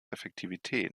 effektivität